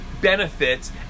benefits